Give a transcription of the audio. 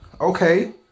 Okay